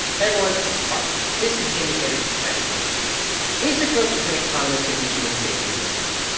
hey, everyone. it's cardiff. this is the indicator from planet money lisa cook is an economist at michigan state university.